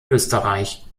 österreich